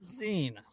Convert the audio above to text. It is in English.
zine